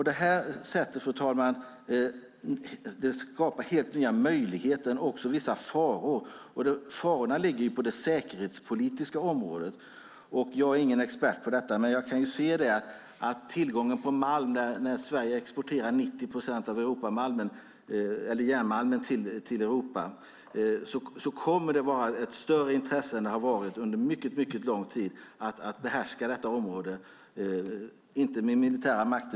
Detta skapar, fru talman, helt nya möjligheter men också vissa faror. Farorna ligger på det säkerhetspolitiska området. Jag är ingen expert på detta, men det har att göra med tillgången på malm. Sverige exporterar 90 procent av järnmalmen till Europa. Det kommer att finnas ett större intresse än vad som varit fallet under mycket lång tid av att behärska detta område, men inte med militärmakt.